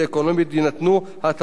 יינתנו הטבות המס,